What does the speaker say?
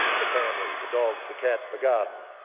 the family, the dog, the cat, the garden.